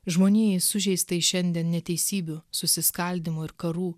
žmonijai sužeistai šiandien neteisybių susiskaldymų ir karų